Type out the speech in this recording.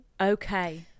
Okay